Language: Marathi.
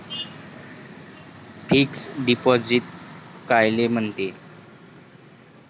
फिक्स डिपॉझिट कायले म्हनते?